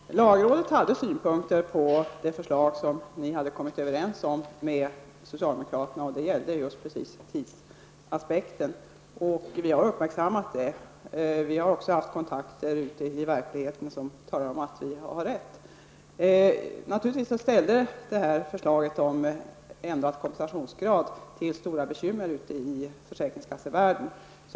Herr talman! Lagrådet hade synpunkter på det förslag som ni hade kommit överens om med socialdemokraterna. Det gällde just tidsaspekten. Vi har uppmärksammat det. Vi har också haft kontakter ute i verkligheten som säger att vi har rätt. Naturligtvis ställde förslaget om ändrade kompensationskrav till stora bekymmer i försäkringskassevärlden.